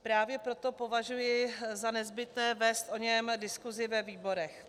Právě proto považuji za nezbytné vést o něm diskusi ve výborech.